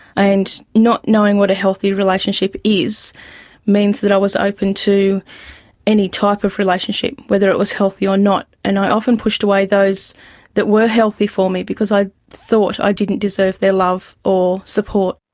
and not knowing what a healthy relationship is means that i was open to any type of relationship, whether it was healthy or not. and i often pushed away those that were healthy for me because i thought i didn't deserve their love or support.